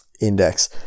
index